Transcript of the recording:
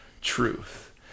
truth